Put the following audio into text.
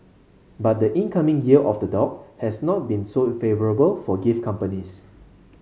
but the incoming Year of the Dog has not been so favourable for gift companies